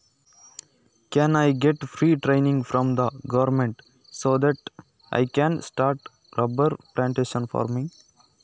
ನಾನು ಹೊಸದಾಗಿ ರಬ್ಬರ್ ತೋಟದ ವ್ಯವಸಾಯ ಮಾಡಲಿಕ್ಕೆ ಸರಕಾರದಿಂದ ಉಚಿತ ತರಬೇತಿ ಸಿಗುತ್ತದಾ?